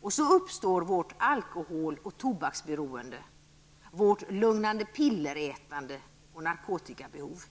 Och så uppstår vårt alkoholoch tobaksberoende, vårt lugnande-piller-ätande och narkotikabehov.